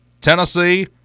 tennessee